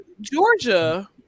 Georgia